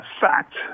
fact